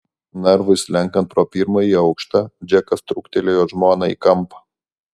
narvui slenkant pro pirmąjį aukštą džekas trūktelėjo žmoną į kampą